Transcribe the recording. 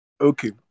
Okay